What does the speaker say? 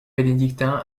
bénédictin